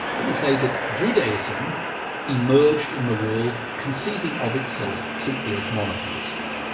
let me say that judaism emerged in the world conceiving of itself simply as monotheism.